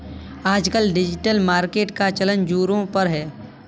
आजकल digital marketing का चलन ज़ोरों पर है